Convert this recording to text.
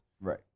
right